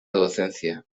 docencia